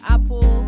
Apple